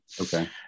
okay